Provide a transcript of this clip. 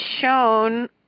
shown